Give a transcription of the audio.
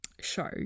show